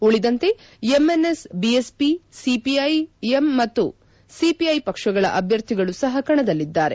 ಉಳಿದಂತೆ MNS BSO CPI M ಮತ್ತು CPI ಪಕ್ಷಗಳ ಅಭ್ಯರ್ಥಿಗಳು ಸಹ ಕಣದಲ್ಲಿದ್ದಾರೆ